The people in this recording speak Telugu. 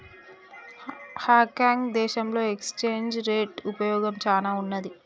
హాంకాంగ్ దేశంలో ఎక్స్చేంజ్ రేట్ ఉపయోగం చానా ఉన్నాది